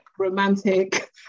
romantic